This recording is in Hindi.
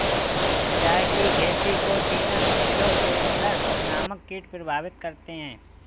चाय की खेती को जीनस हेलो पेटल्स नामक कीट प्रभावित करते हैं